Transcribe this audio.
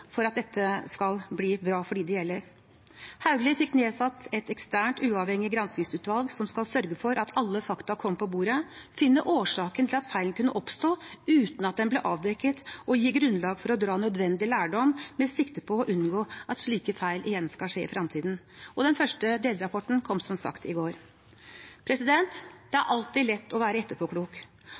at dette skal bli bra for dem det gjelder. Hauglie fikk nedsatt et eksternt uavhengig granskingsutvalg som skulle sørge for at alle fakta kom på bordet, finne årsaken til at feilen kunne oppstå uten at den ble avdekket, og gi grunnlag for å dra nødvendig lærdom med sikte på å unngå at slike feil igjen skal skje i fremtiden. Den første delrapporten kom som sagt i går. Det er alltid lett å være